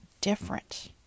different